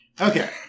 Okay